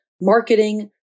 marketing